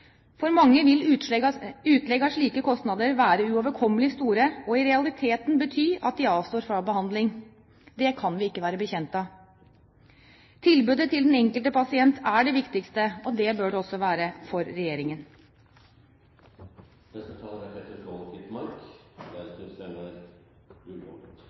For mange vil utlegg av slike kostnader være uoverkommelig store og i realiteten bety at de avstår fra behandling. Det kan vi ikke være bekjent av. Tilbudet til den enkelte pasient er det viktigste, og det bør det også være for regjeringen.